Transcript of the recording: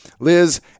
Liz